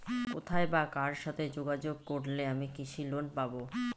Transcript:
কোথায় বা কার সাথে যোগাযোগ করলে আমি কৃষি লোন পাব?